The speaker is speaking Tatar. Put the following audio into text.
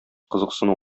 кызыксыну